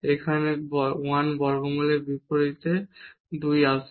এখানে 1 বর্গমূলের বিপরীতে 2 আসবে